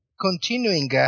continuing